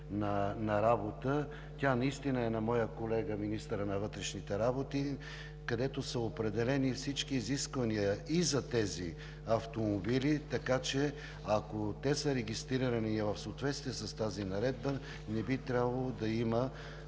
на работа, тя наистина е на моя колега –министърът на вътрешните работи, където са определени всички изисквания и за тези автомобили. Така че, ако те са регистрирани и в съответствие с тази наредба, не би трябвало да има